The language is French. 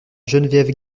geneviève